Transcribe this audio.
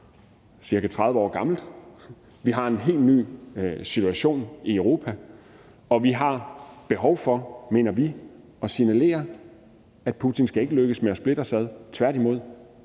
ca. 30 år gammelt, vi har en helt ny situation i Europa, og vi har behov for, mener vi, at signalere, at Putin ikke skal lykkes med at splitte os ad; tværtimod